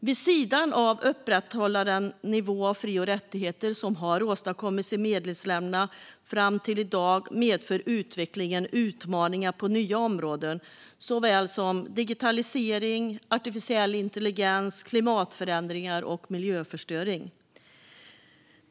Vid sidan av att upprätthålla den nivå av fri och rättigheter som har åstadkommits i medlemsländerna fram till i dag medför utvecklingen utmaningar på nya områden såsom digitalisering, artificiell intelligens, klimatförändringar och miljöförstöring.